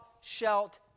shalt